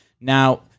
Now